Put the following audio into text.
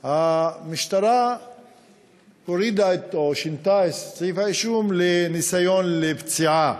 המשטרה הורידה או שינתה את סעיף האישום לניסיון פציעה,